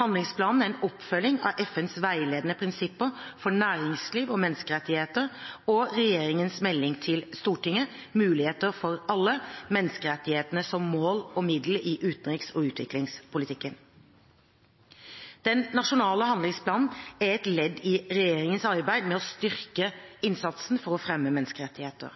Handlingsplanen er en oppfølging av FNs veiledende prinsipper for næringsliv og menneskerettigheter og regjeringens melding til Stortinget Muligheter for alle – menneskerettighetene som mål og middel i utenriks- og utviklingspolitikken. Den nasjonale handlingsplanen er et ledd i regjeringens arbeid med å styrke innsatsen for å fremme menneskerettigheter.